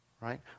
right